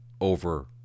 over